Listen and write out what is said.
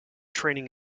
training